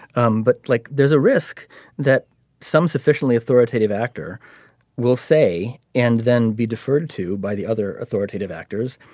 um but like there's a risk that some sufficiently authoritative actor will say and then be deferred to by the other authoritative actors.